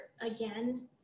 again